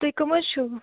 تُہۍ کٕم حظ چھِو